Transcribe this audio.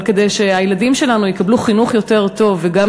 אבל כדי שהילדים שלנו יקבלו חינוך יותר טוב וגם